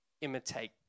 imitate